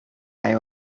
eye